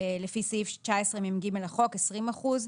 הולם לפי סעיף 19מג לחוק 20 אחוזים.